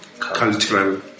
cultural